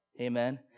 Amen